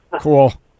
Cool